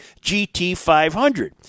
GT500